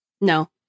No